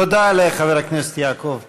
תודה לחבר הכנסת יעקב פרי,